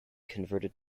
converted